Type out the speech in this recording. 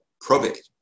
probate